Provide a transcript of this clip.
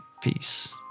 peace